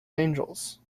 angels